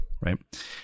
right